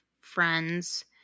friends